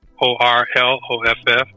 O-R-L-O-F-F